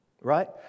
right